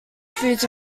foods